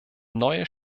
neue